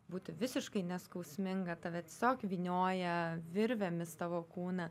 būti visiškai neskausminga tave tiesiog vynioja virvėmis tavo kūną